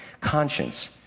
conscience